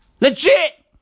Legit